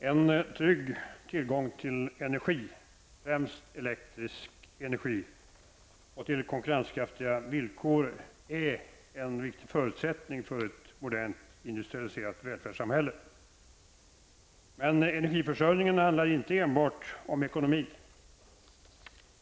Fru talman! En tillgång till energi, främst elektrisk energi, till konkurrenskraftiga villkor är en nödvändig förutsättning för ett modernt, industrialiserat välfärdssamhälle. Men energiförsörjningen handlar inte enbart om ekonomi.